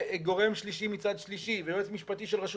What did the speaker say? וגורם שלישי מצד שלישי ויועץ משפטי של רשות